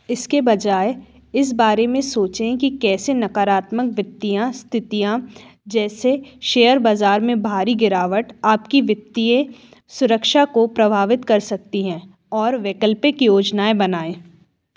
इसके बजाय इस बारे में सोचें कि कैसे नकारात्मक वित्तीयाँ स्थितियाँ जैसे शेयर बाज़ार में भारी गिरावट आपकी वित्तीय सुरक्षा को प्रभावित कर सकती हैं और वैकल्पिक योजनाएँ बनाएँ